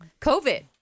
COVID